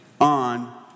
on